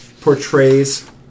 portrays